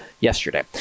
yesterday